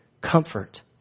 comfort